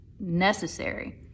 necessary